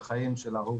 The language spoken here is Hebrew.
לומד,